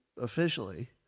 officially